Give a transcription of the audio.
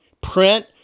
print